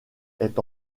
est